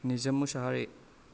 निजोम मसाहारि